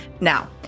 Now